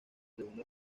segundo